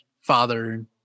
father